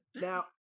Now